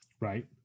right